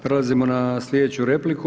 Prelazimo na slijedeću repliku.